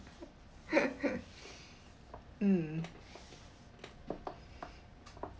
mm